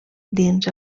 dins